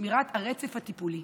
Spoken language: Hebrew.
בשמירת הרצף הטיפולי.